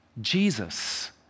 Jesus